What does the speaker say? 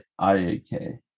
IAK